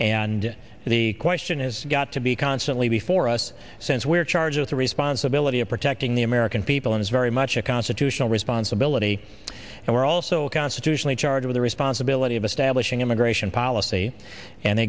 and the question is got to be constantly before us since we're charged with the responsibility of protecting the american people and is very much a constitutional responsibility and we're also constitutionally charged with the responsibility of establishing immigration policy and